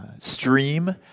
stream